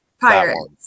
pirates